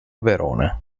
verona